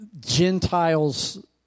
Gentile's